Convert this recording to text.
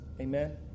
Amen